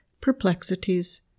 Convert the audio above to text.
perplexities